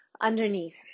Underneath